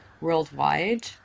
worldwide